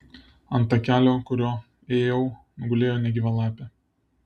ant takelio kuriuo ėjau gulėjo negyva lapė